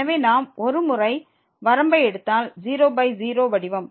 எனவே நாம் ஒருமுறை வரம்பை எடுத்தால் 00 வடிவம்